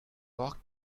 walked